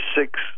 six